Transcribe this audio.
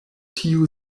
tiu